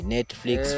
Netflix